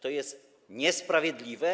To jest niesprawiedliwe.